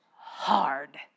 Hard